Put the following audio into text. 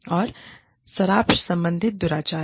और शराब संबंधित दुराचार